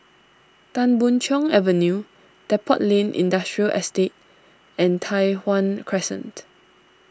Tan Boon Chong Avenue Depot Lane Industrial Estate and Tai Hwan Crescent